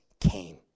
came